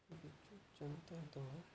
ବିଜୁ ଜନତା ଦଳ